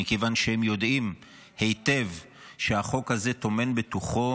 מכיוון שהם יודעים היטב שהחוק הזה טומן בתוכו